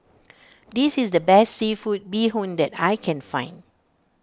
this is the best Seafood Bee Hoon that I can find